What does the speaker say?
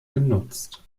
genutzt